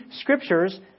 scriptures